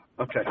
okay